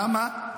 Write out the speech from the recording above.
למה?